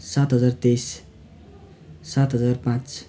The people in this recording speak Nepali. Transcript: सात हजार तेइस सात हजार पाँच